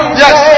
yes